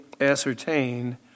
ascertain